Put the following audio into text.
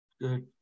Good